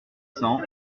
cent